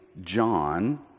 John